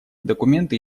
документы